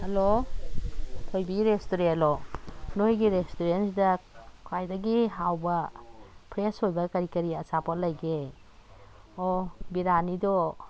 hello ꯊꯣꯏꯕꯤ ꯔꯦꯁꯇꯨꯔꯦꯜꯂꯣ ꯅꯣꯏꯒꯤ ꯔꯦꯁꯇꯨꯔꯦꯟꯁꯤꯗ ꯈ꯭ꯋꯥꯏꯗꯒꯤ ꯍꯥꯎꯕ ꯐ꯭ꯔꯦꯁ ꯑꯣꯏꯕ ꯀꯔꯤ ꯀꯔꯤ ꯑꯆꯥꯄꯣꯠ ꯂꯩꯒꯦ ꯑꯣ ꯕꯤꯔꯥꯅꯤꯗꯣ